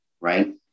right